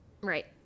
Right